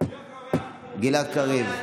גלעד קריב.